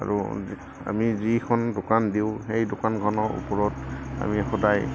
আৰু আমি যিখন দোকান দিওঁ সেই দোকানখনৰ ওপৰত আমি সদায়